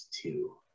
two